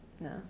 no